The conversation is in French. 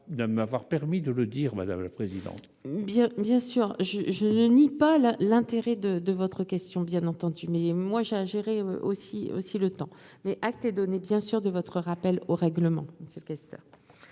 de m'avoir permis de le dire, madame la présidente. Bien, bien sûr, je ne nie pas là l'intérêt de de votre question, bien entendu, mais moi j'ai à gérer aussi aussi le temps mais acté donné bien sûr de votre rappel au règlement,